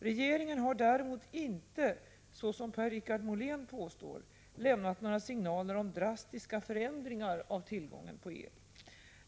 Regeringen har däremot inte, såsom Per-Richard Molén påstår, lämnat några signaler om drastiska förändringar av tillgången på el.